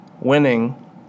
Winning